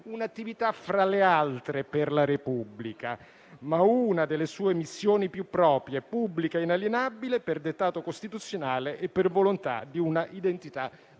un'attività fra le altre per la Repubblica, ma una delle sue missioni più proprie, pubblica e inalienabile per dettato costituzionale e per volontà di una identità millenaria».